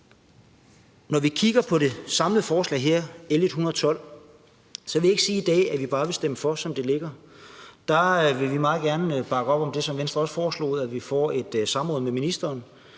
når jeg kigger på det samlede forslag her, L 112, så vil jeg ikke sige i dag, at vi bare kan stemme for det, som det ligger. Vi vil meget gerne bakke op om det, som Venstre også foreslog, nemlig at vi får et samråd med ministeren,